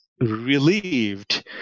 relieved